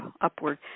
upward